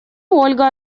ольга